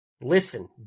Listen